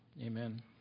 Amen